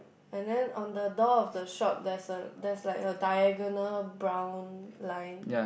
and then on the door of the shop there is a there is like a diagonal brown line